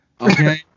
Okay